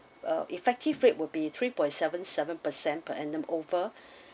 uh effective rate will be three point seven seven percent per annum over